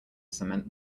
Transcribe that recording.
cement